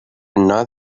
not